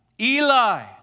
Eli